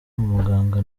umuganga